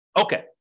Okay